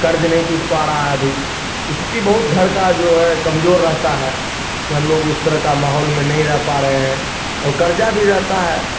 क़र्ज़ नहीं टूट पा रहा अभी स्थिति बहुत घर का जो है कमज़ोर रहता है कि हम लोग उस तरह का माहौल में नही रह पा रहे हैं और क़र्ज़ा भी रहता है